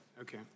Okay